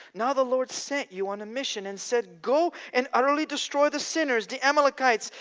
now the lord sent you on a mission, and said, go and utterly destroy the sinners, the amalekites,